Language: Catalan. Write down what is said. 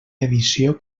edició